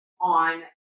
on